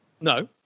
No